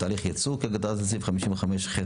"תהליך הייצור" כהגדרתו בסעיף 55ח(ו)